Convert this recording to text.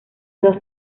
dos